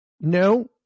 No